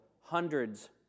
hundreds